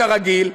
כרגיל,